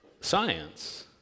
science